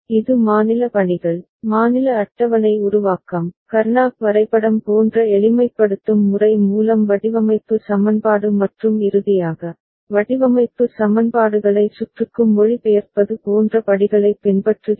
இது மாநில பணிகள் மாநில அட்டவணை உருவாக்கம் கர்னாக் வரைபடம் போன்ற எளிமைப்படுத்தும் முறை மூலம் வடிவமைப்பு சமன்பாடு மற்றும் இறுதியாக வடிவமைப்பு சமன்பாடுகளை சுற்றுக்கு மொழிபெயர்ப்பது போன்ற படிகளைப் பின்பற்றுகிறது